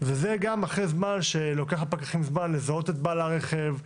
וזה גם אחרי שלוקח זמן לפקחים לזהות את בעל הרכב,